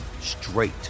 straight